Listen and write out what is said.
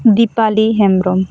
Dipali Hembrom